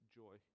joy